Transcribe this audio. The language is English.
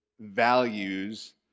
values